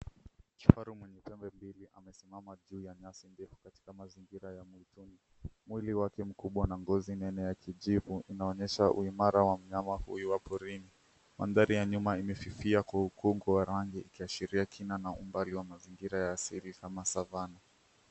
Kifaru mwenye pembe mbili amesimama kwenye juu ya nyasi ndefu katika mazingira ya mwituni. Mwili wake mkubwa na ngozi nene ya kijivu inaonyesha uimara wa myama huyo wa porini. Mandhari ya nyuma imefifia ukungu wa rangi, ikiashiria kina na umbali wa mazingira ya asili ama savanna .